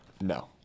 No